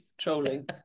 trolling